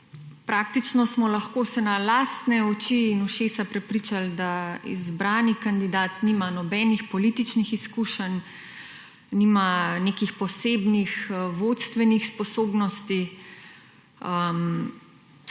Praktično smo lahko se na lastne oči in ušesa prepričali, da izbrani kandidat nima nobenih političnih izkušenj, nima nekih posebnih vodstvenih sposobnosti,